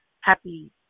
happy